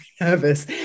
nervous